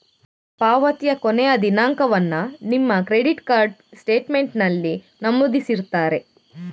ಪಾವತಿಯ ಕೊನೆಯ ದಿನಾಂಕವನ್ನ ನಿಮ್ಮ ಕ್ರೆಡಿಟ್ ಕಾರ್ಡ್ ಸ್ಟೇಟ್ಮೆಂಟಿನಲ್ಲಿ ನಮೂದಿಸಿರ್ತಾರೆ